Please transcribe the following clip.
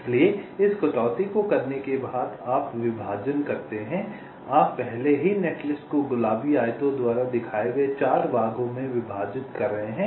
इसलिए इस कटौती को करने के बाद आप विभाजित करते हैं आपने पहले ही नेटलिस्ट को गुलाबी आयतों द्वारा दिखाए गए 4 भागों में विभाजित किया है